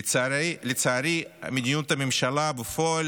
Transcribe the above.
לצערי, מדיניות הממשלה בפועל